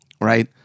right